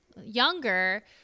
younger